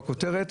בכותרת,